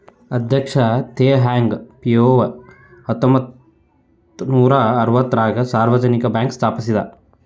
ಅಧ್ಯಕ್ಷ Teh Hong Piow ಹತ್ತೊಂಬತ್ ನೂರಾ ಅರವತ್ತಾರಗ ಸಾರ್ವಜನಿಕ ಬ್ಯಾಂಕ್ ಸ್ಥಾಪಿಸಿದ